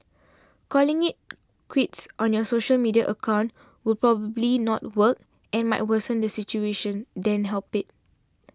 calling it quits on your social media accounts will probably not work and might worsen the situation than help it